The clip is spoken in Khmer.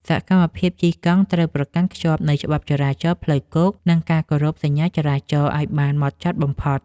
សកម្មភាពជិះកង់ត្រូវប្រកាន់ខ្ជាប់នូវច្បាប់ចរាចរណ៍ផ្លូវគោក និងការគោរពសញ្ញាចរាចរណ៍ឱ្យបានហ្មត់ចត់បំផុត។